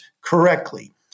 correctly